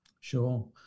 Sure